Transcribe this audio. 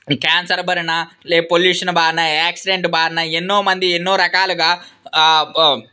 cancer బారిన లేక pollution బారిన యాక్సిడెంట్ బారిన ఎన్నో మంది ఎన్నో రకాలుగా